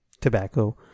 tobacco